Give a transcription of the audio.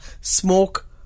smoke